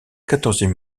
quatorzième